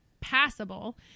passable